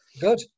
Good